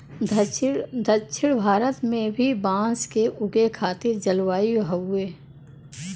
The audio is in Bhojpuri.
दक्षिण भारत में भी बांस के उगे खातिर जलवायु हउवे